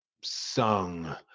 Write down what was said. sung